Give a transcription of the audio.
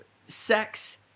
sex